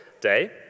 day